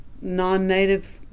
non-native